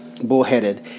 bullheaded